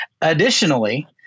Additionally